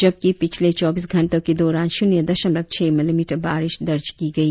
जबकि पिछले चौबीस घंटो के दौरान शून्य दशमलव छह मिलीमीटर बारिस दर्ज की गई